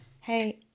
Hey